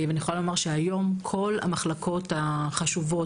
אני יכולה לומר שהיום כל המחלקות החשובות,